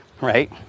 Right